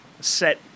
Set